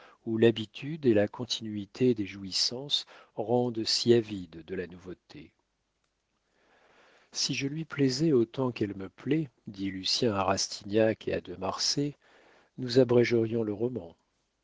où l'habitude et la continuité des jouissances rendent si avide de la nouveauté si je lui plaisais autant qu'elle me plaît dit lucien à rastignac et à de marsay nous abrégerions le roman